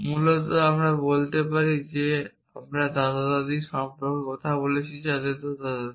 মূলত আমরা বলতে পারি যে আমরা দাদা দাদি সম্পর্কে কথা বলছি যাদের দাদা দাদি